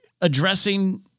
Addressing